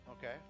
Okay